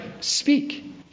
speak